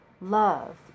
love